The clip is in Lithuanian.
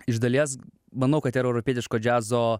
iš dalies manau kad yra europietiško džiazo